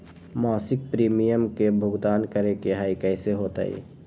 मासिक प्रीमियम के भुगतान करे के हई कैसे होतई?